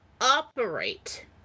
operate